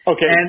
Okay